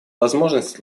возможности